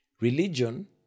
Religion